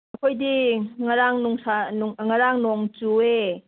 ꯑꯩꯈꯣꯏꯗꯤ ꯉꯔꯥꯡ ꯉꯔꯥꯡ ꯅꯣꯡ ꯆꯨꯏꯌꯦ